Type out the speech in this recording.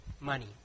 money